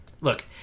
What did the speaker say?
Look